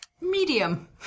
Medium